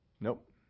Nope